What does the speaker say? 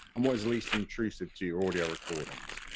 um what is least intrusive to your audio recordings?